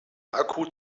akku